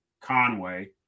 Conway